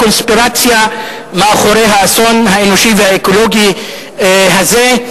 הקונספירציה מאחורי האסון האנושי והאקולוגי הזה.